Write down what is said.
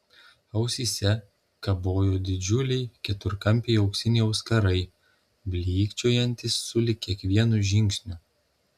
ausyse kabojo didžiuliai keturkampiai auksiniai auskarai blykčiojantys sulig kiekvienu žingsniu